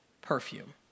perfume